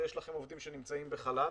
ויש לכם עובדים שנמצאים בחל"ת,